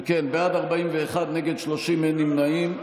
אם כן, בעד, 41, נגד, 30, אין נמנעים.